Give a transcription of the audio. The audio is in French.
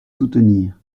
soutenir